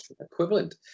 equivalent